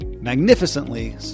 magnificently